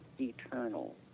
eternal